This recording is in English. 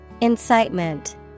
Incitement